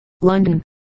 London